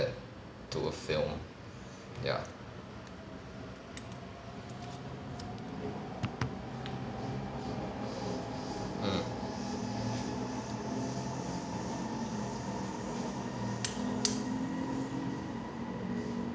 to a film ya mm